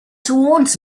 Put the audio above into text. towards